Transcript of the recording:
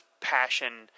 passion